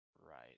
Right